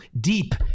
deep